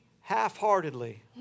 half-heartedly